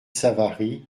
savary